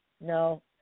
no